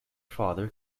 father